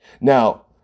Now